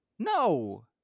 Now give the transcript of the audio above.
No